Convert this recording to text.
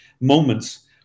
moments